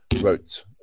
wrote